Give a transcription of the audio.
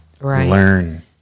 learn